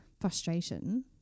frustration